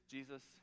Jesus